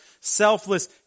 selfless